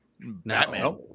Batman